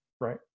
right